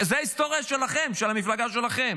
זה ההיסטוריה שלכם, של המפלגה שלכם.